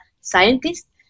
scientists